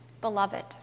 beloved